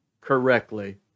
correctly